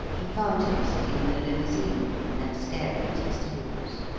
he found him sitting in the limousine and staring at his toes.